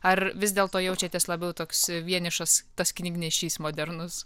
ar vis dėlto jaučiatės labiau toks vienišas tas knygnešys modernus